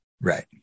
Right